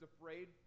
afraid